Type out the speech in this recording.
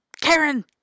Karen